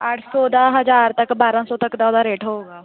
ਅੱਠ ਸੌ ਦਾ ਹਜ਼ਾਰ ਤੱਕ ਬਾਰ੍ਹਾਂ ਸੌ ਤੱਕ ਦਾ ਉਹਦਾ ਰੇਟ ਹੋਵੇਗਾ